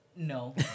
No